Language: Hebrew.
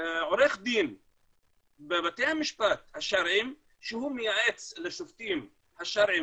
עורך דין בבתי המשפט השרעיים שהוא מייעץ לשופטים השרעיים